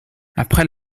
après